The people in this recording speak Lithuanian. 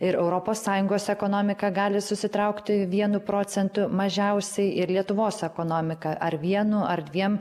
ir europos sąjungos ekonomika gali susitraukti vienu procentu mažiausiai ir lietuvos ekonomika ar vienu ar dviem